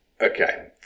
Okay